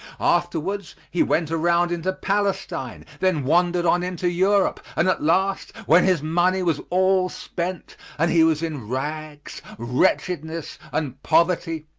afterwards he went around into palestine, then wandered on into europe, and at last when his money was all spent, and he was in rags, wretchedness and poverty,